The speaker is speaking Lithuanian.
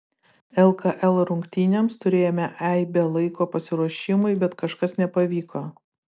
lkl rungtynėms turėjome aibę laiko pasiruošimui bet kažkas nepavyko